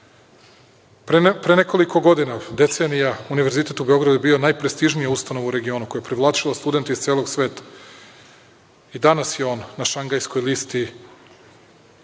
60%.Pre nekoliko godina, decenija, Univerzitet u Beogradu je bio najprestižnija ustanova u regionu koja je privlačila studente iz celog sveta. Danas je on na Šangajskoj listi,